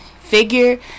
figure